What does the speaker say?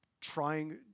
Trying